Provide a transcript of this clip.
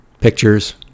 Pictures